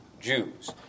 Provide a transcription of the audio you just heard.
Jews